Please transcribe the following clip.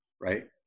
right